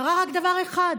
קרה רק דבר אחד: